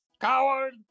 Coward